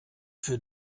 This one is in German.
für